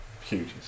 Huge